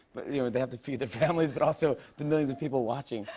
but you know they have to feed their families, but also, the millions of people watching.